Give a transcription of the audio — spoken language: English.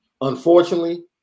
unfortunately